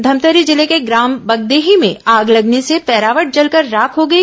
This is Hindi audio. धमतरी जिले के ग्राम बगदेही में आग लगने से पैरावट जलकर राख हो गई